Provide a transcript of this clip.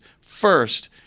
first